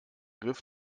griff